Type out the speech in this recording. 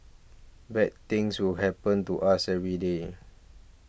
bad things will happen to us every day